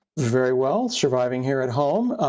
very well, surviving here at home.